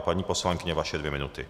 Paní poslankyně, vaše dvě minuty.